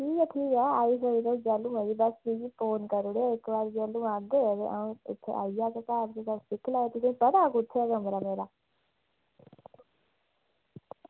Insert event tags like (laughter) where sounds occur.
ठीक ऐ ठीक ऐ आई सकदे जैल्लू मर्जी बस मिगी फोन करी ओड़ेओ इक बारी जैल्लू आंदे (unintelligible) इत्थै आई जाएओ घर मेरे तुसेंगी पता कु'त्थें घर मेरा